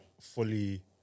fully